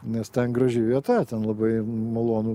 nes ten graži vieta ten labai malonu